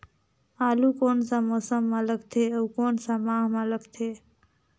आलू कोन सा मौसम मां लगथे अउ कोन सा माह मां लगथे?